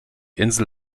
insel